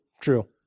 true